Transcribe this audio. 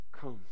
come